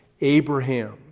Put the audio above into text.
Abraham